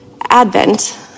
Advent